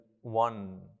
one